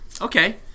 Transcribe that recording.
okay